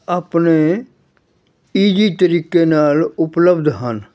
ਆਪਣੇ ਈਜੀ ਤਰੀਕੇ ਨਾਲ ਉਪਲੱਬਧ ਹਨ